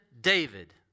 David